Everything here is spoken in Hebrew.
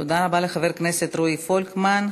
תודה רבה לחבר הכנסת רועי פולקמן.